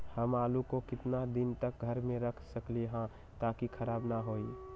हम आलु को कितना दिन तक घर मे रख सकली ह ताकि खराब न होई?